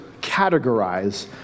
categorize